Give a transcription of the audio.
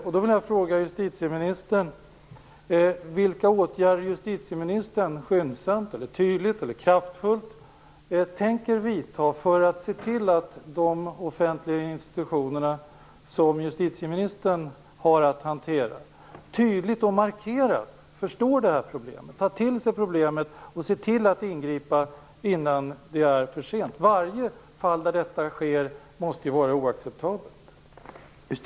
Jag vill fråga justitieministern vilka tydliga, kraftfulla eller skyndsamma åtgärder hon tänker vidta för att se till att de offentliga institutioner som hon har att hantera förstår problemet, tar det till sig och ser till att ingripa innan det är för sent. Varje fall där detta sker måste ju vara oacceptabelt.